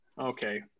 okay